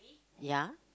ya